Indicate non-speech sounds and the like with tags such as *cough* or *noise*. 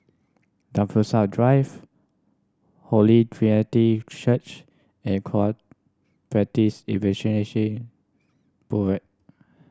Tembusu Drive Holy Trinity Church and Corrupt Practice Investigation *unintelligible*